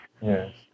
Yes